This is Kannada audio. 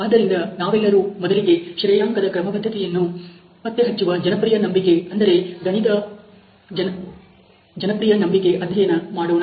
ಆದ್ದರಿಂದ ನಾವೆಲ್ಲರೂ ಮೊದಲಿಗೆ ಶ್ರೇಯಾಂಕದ ಕ್ರಮಬದ್ಧತೆಯನ್ನು ಪತ್ತೆಹಚ್ಚುವ ಜನಪ್ರಿಯ ನಂಬಿಕೆ ಅಂದರೆ ಗಣಿತ ಜನಪ್ರಿಯ ನಂಬಿಕೆ ಅಧ್ಯಯನ ಮಾಡೋಣ